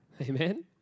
Amen